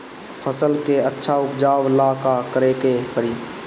फसल के अच्छा उपजाव ला का करे के परी?